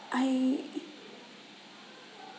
I